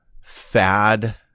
fad